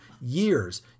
years